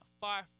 far